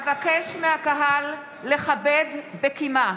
אבקש מהקהל לכבד בקימה.